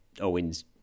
Owens